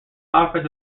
offered